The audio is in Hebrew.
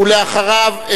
ואחריו,